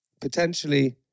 potentially